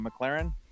McLaren